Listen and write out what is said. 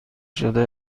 شده